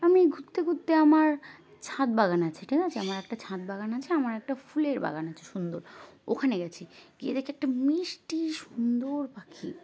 আমি ঘুরতে ঘুরতে আমার ছাদ বাগান আছে ঠিক আছে আমার একটা ছাদ বাগান আছে আমার একটা ফুলের বাগান আছে সুন্দর ওখানে গেছি গিয়ে দেখি একটা মিষ্টি সুন্দর পাখি